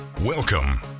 Welcome